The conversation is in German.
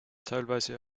teilweise